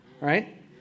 right